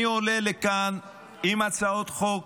אני עולה לכאן עם הצעות חוק